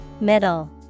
Middle